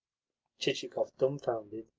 chichikov, dumbfounded,